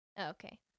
okay